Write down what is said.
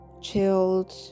chilled